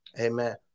Amen